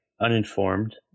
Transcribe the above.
uninformed